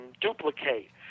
duplicate